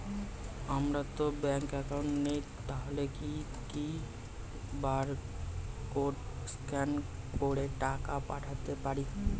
আমারতো bank account নেই তাহলে কি কি বারকোড স্ক্যান করে টাকা পাঠাতে পারি?